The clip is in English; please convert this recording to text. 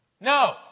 no